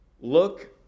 Look